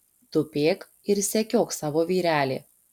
tupėk ir sekiok savo vyrelį